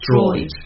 destroyed